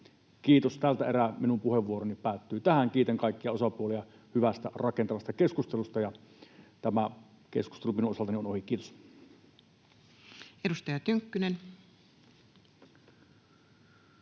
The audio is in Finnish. Kiitos, tältä erää minun puheenvuoroni päättyy tähän. Kiitän kaikkia osapuolia hyvästä, rakentavasta keskustelusta. Tämä keskustelu minun osaltani on ohi. — Kiitos. [Speech